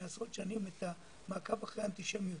עשרות שנים את המעקב אחרי האנטישמיות.